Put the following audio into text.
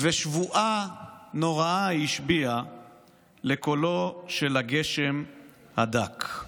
ושבועה נוראה היא השביעה / לקולו של הגשם הדק.